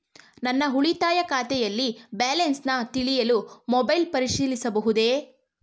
ನನ್ನ ಉಳಿತಾಯ ಖಾತೆಯಲ್ಲಿ ಬ್ಯಾಲೆನ್ಸ ತಿಳಿಯಲು ಮೊಬೈಲ್ ಪರಿಶೀಲಿಸಬಹುದೇ?